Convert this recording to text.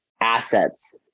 assets